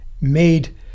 made